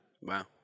Wow